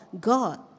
God